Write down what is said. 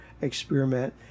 experiment